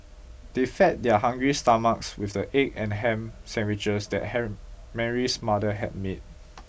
they fed their hungry stomachs with the egg and ham sandwiches that Mary's mother had made